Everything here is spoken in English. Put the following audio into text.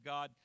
God